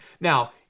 Now